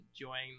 enjoying